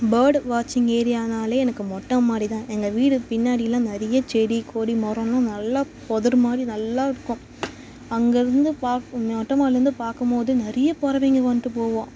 bird வாட்சிங் ஏரியானாலே எனக்கு மொட்டைமாடி தான் எங்கள் வீடு பின்னாடியெலாம் நிறைய செடி கொடி மரம்லாம் நல்லா புதரு மாதிரி நல்லா இருக்கும் அங்கே இருந்து பார்க்கும் மொட்டைமாடிலேருந்து பார்க்கும் போது நிறைய பறவைங்க வந்துட்டு போகும்